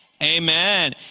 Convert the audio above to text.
Amen